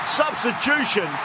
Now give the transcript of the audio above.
substitution